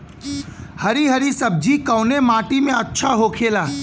हरी हरी सब्जी कवने माटी में अच्छा होखेला?